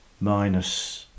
minus